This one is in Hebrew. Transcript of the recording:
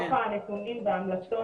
הנתונים וההמלצות,